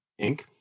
Inc